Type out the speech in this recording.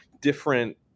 different